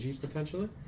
potentially